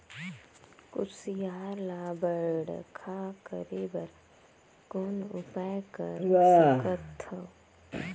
कुसियार ल बड़खा करे बर कौन उपाय कर सकथव?